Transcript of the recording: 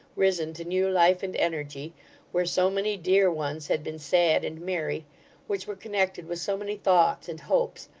risen to new life and energy where so many dear ones had been sad and merry which were connected with so many thoughts and hopes,